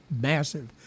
massive